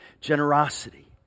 generosity